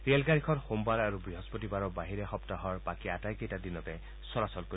ৰেলগাড়ীখন সোমবাৰ আৰু বৃহস্পতিবাৰৰ বাহিৰে সপ্তাহৰ বাকী আটাইকেইটা দিনতে চলাচল কৰিব